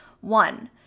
One